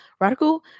Radical